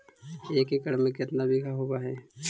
एक एकड़ में केतना बिघा होब हइ?